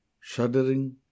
shuddering